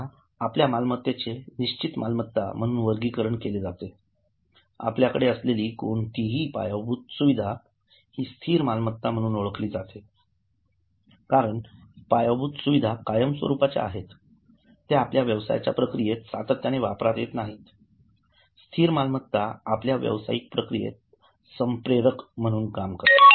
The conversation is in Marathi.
आता आपल्या मालमत्तेचे निश्चित मालमत्ता म्हणून वर्गीकरण केले जाते आपल्याकडे असलेली कोणतीही पायाभूत सुविधा स्थिर मालमत्ता म्हणून ओळखली जात आहे कारण पायाभूत सुविधा कायम स्वरूपाच्या आहेत त्या आपल्या व्यवसायाच्या प्रक्रियेत सातत्याने वापरात येत नाही स्थिर मालमत्ता आपल्या व्यावसायिक प्रक्रियेत संप्रेरक म्हणून काम करतात